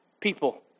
people